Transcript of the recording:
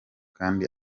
kandi